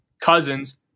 Cousins